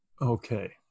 Okay